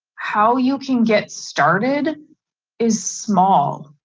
how you can get started is small.